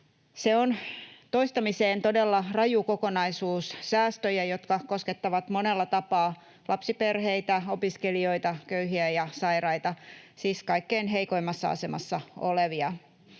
Se on toistamiseen todella raju kokonaisuus säästöjä, jotka koskettavat monella tapaa lapsiperheitä, opiskelijoita, köyhiä ja sairaita, siis kaikkein heikoimmassa asemassa olevia.